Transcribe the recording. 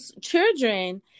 children